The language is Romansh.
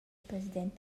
president